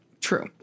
True